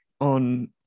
on